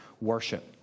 worship